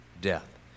death